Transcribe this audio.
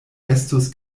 estus